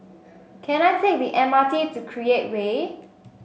can I take the M R T to Create Way